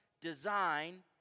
design